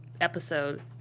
episode